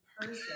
person